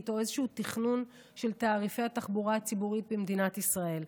או איזשהו תכנון של תעריפי התחבורה הציבורית במדינת ישראל.